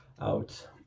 out